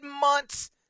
months